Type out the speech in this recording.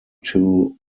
two